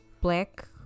black